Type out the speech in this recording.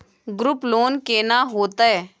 Group loan केना होतै?